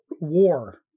war